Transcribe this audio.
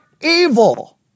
evil